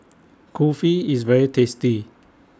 Kulfi IS very tasty